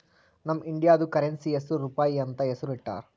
ನಮ್ ಇಂಡಿಯಾದು ಕರೆನ್ಸಿ ಹೆಸುರ್ ರೂಪಾಯಿ ಅಂತ್ ಹೆಸುರ್ ಇಟ್ಟಾರ್